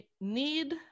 need